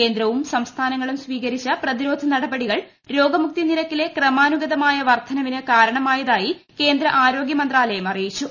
കേന്ദ്രവും സംസ്ഥാനങ്ങളും സ്വീകരിച്ച പ്രതിരോധ നടപടികൾ രോഗമുക്തി നിരക്കിലെ ക്രമാനുഗതമായ വർധനവിന് കാരണമായതായി കേന്ദ്ര ആരോഗ്യ മന്ത്രാലയം അറിയിച്ചു